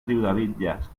riudebitlles